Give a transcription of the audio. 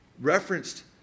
referenced